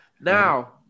Now